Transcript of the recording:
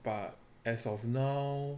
but as of now